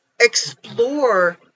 explore